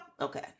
Okay